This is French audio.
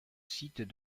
sites